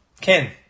Ken